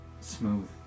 Smooth